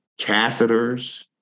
catheters